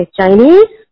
Chinese